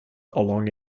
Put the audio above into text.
along